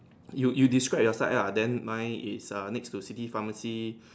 you you describe your side ah then mine is err next to city pharmacy